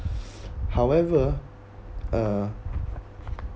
however uh